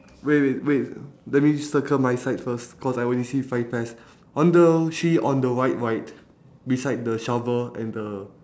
wait wait wait let me just circle my side first cause I only see five pears on the sh~ on the white right beside the shovel and the